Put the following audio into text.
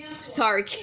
Sorry